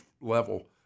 level